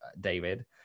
David